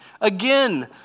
Again